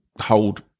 hold